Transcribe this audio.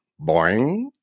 boing